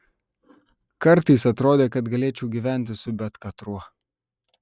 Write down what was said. kartais atrodė kad galėčiau gyventi su bet katruo